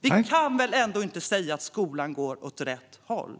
Vi kan väl ändå inte säga att skolan går åt rätt håll.